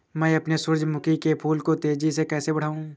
मैं अपने सूरजमुखी के फूल को तेजी से कैसे बढाऊं?